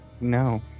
no